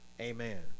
Amen